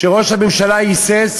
כשראש הממשלה היסס.